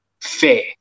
fair